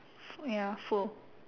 ya full